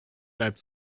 reibt